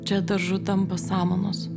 čia daržu tampa samanos